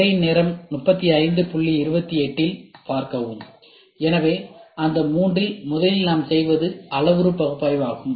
திரையின் நேரம் 3528 இல் பார்க்கவும் எனவே அந்த மூன்றில் முதலில் நாம் செய்வது அளவுரு பகுப்பாய்வு ஆகும்